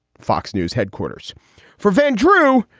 fox news headquarters for van drew.